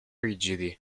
rigidi